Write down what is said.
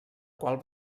qual